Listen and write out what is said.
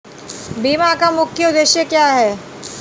बीमा का मुख्य उद्देश्य क्या है?